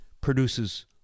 produces